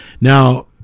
Now